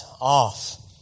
off